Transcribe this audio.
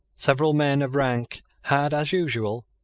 several men of rank had, as usual,